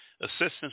assistance